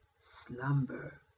slumber